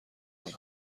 کند